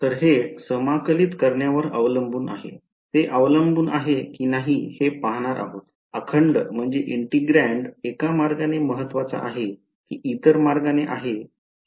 तर ते समाकलित करण्यावर अवलंबून आहे ते अवलंबून आहे की नाही हे पाहणार आहोत अखंड एका मार्गाने महत्वाचा आहे की इतर मार्गाने आहे हे आपण पाहू